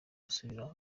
gusubiramo